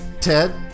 Ted